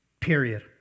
period